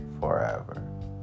forever